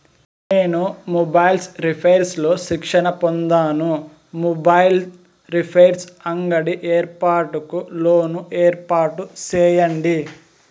నేను mobiles repairs లో శిక్షణ పొందాను, మొబైల్ రిపైర్స్ అంగడి ఏర్పాటుకు లోను ఏర్పాటు సేయండి?